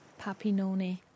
Papinone